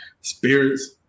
spirits